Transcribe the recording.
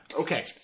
Okay